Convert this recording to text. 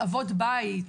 אבות בית,